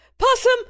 Possum